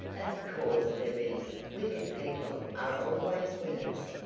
of course there is. wicked people are always winners.